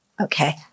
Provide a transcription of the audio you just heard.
Okay